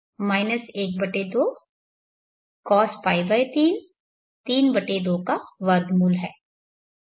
तो rα cos π3 12 cosπ3 √32 है